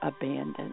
abandoned